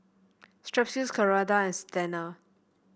Strepsils Ceradan and